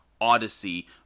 Odyssey